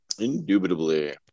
Indubitably